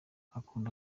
akunda